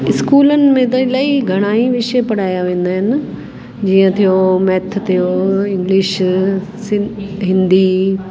स्कूलनि में त इलाही घणा ई विषय पढ़ाया वेंदा आहिनि जीअं थियो मेथ थियो इंगलिश सिं हिंदी